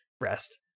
rest